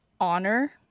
honor